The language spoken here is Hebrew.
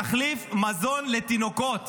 תחליף מזון לתינוקות.